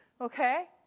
okay